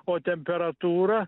o temperatūra